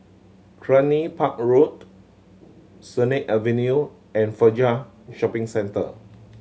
Cluny Park Road Sennett Avenue and Fajar Shopping Centre